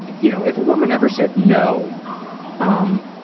you know if a woman ever said no um